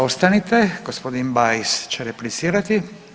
Ostanite, g. Bajs će replicirati.